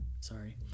Sorry